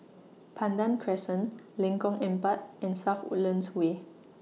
Pandan Crescent Lengkong Empat and South Woodlands Way